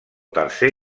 tercer